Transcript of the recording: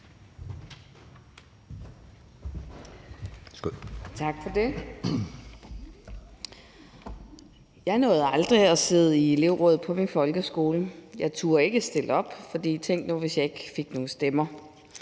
Tak for det. Jeg nåede aldrig at sidde i elevrådet på min folkeskole. Jeg turde ikke stille op, for tænk nu, hvis jeg ikke fik nogen stemmer.